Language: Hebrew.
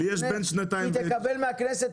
שהיא תקבל בכנסת,